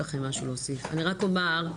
אומר,